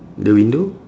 the window